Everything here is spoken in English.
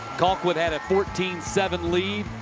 colquitt had a fourteen seven lead.